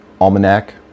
almanac